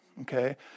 okay